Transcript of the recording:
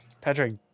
Patrick